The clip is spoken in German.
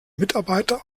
mitarbeiter